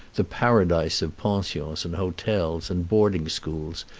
the paradise of pensions and hotels and boarding-schools,